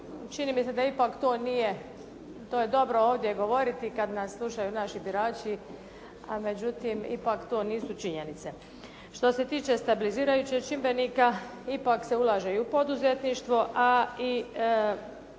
čini mi se ipak da to nije dobro ovdje govoriti kada nas slušaju naši birači, a međutim to ipak nisu činjenice. Što se tiče stabilizirajućeg čimbenika, ipak se ulaže i u poduzetništvo, a i vraćaju